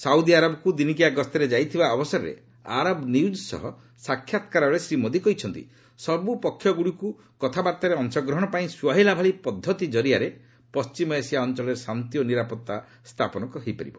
Saudi ଆରବକୁ ଦିନିକିଆ ଗସ୍ତରେ ଯାଇଥିବା ଅବସରରେ ଆରବ ନିଉଜ୍ ସହ ସାକ୍ଷାତକାର ବେଳେ ଶ୍ରୀ ମୋଦି କହିଛନ୍ତି ସବୁ ପକ୍ଷଗୁଡ଼ିକୁ କଥାବାର୍ତ୍ତାରେ ଅଂଶଗ୍ରହଣ ପାଇଁ ସୁହାଇଲାଭଳି ପଦ୍ଧତି ଜରିଆରେ ସେହି ଅଞ୍ଚଳରେ ଶାନ୍ତି ଓ ନିରାପତ୍ତା ସ୍ଥାପନ ହୋଇପାରିବ